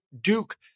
Duke